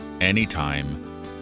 anytime